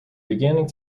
beginning